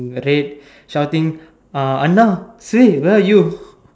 red shouting uh அண்ணா:annaa say where are you